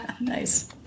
Nice